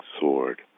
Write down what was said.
sword